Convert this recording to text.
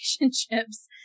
relationships